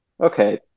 okay